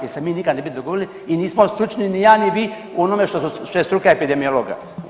Jer se mi ne bi nikada dogovorili i nismo stručni ni ja, ni vi u onome što je struka epidemiologa.